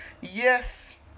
Yes